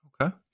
Okay